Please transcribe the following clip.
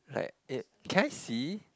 like eh can I see